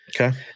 Okay